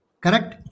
Correct